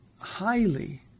highly